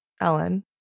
Ellen